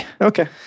okay